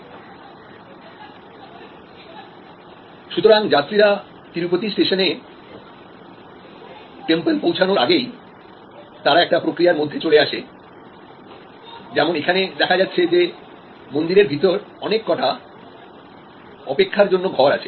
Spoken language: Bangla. Refer Time 1321 সুতরাং যাত্রীরা তিরুপতি টেম্পল পৌঁছানোর আগেই তারা একটা প্রক্রিয়ার মধ্যে চলে আসে যেমন এখানে দেখা যাচ্ছে যে মন্দিরের ভিতর অনেক কটা অপেক্ষার জন্য ঘর আছে